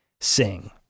sing